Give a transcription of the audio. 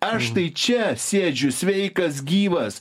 aš tai čia sėdžiu sveikas gyvas